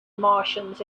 martians